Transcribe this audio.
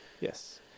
Yes